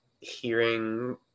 hearing